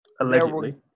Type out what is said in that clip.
allegedly